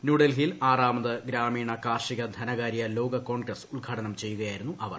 ന്യൂഡൽഹിയിൽ ആറാമത് ഗ്രാമീണ കാർഷിക ധനകാര്യ ലോകകോൺഗ്രസ് ഉദ്ഘാടനം ചെയ്യുകയായിരുന്നു അവർ